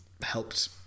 helped